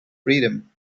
freedom